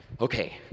okay